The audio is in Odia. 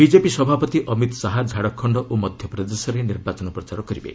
ବିଜେପି ସଭାପତି ଅମିତ ଶାହା ଝାଡ଼ଖଣ୍ଡ ଓ ମଧ୍ୟପ୍ରଦେଶରେ ନିର୍ବାଚନ ପ୍ରଚାର କରିବେ